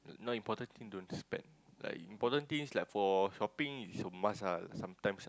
not important thing don't spend like important things like for shopping it's a must ah sometimes ah